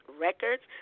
Records